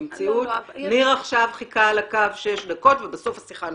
במציאות ניר עכשיו חיכה על הקו שש דקות ובסוף השיחה נותקה.